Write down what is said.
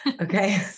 Okay